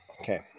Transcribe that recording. Okay